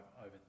over